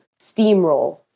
steamroll